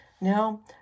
Now